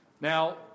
Now